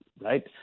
right